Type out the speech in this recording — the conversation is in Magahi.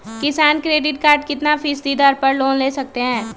किसान क्रेडिट कार्ड कितना फीसदी दर पर लोन ले सकते हैं?